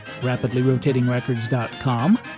RapidlyRotatingRecords.com